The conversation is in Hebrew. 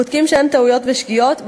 בודקים שאין טעויות ושגיאות,